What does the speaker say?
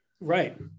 Right